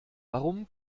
warum